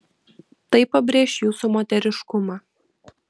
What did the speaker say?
tai pabrėš jūsų moteriškumą